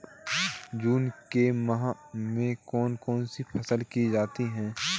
जून के माह में कौन कौन सी फसलें की जाती हैं?